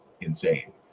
insane